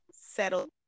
settle